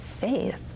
faith